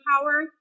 power